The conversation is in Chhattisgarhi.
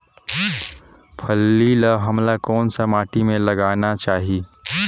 फल्ली ल हमला कौन सा माटी मे लगाना चाही?